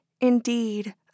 indeed